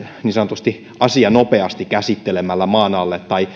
niin sanotusti lakaista asia nopeasti käsittelemällä maan alle tai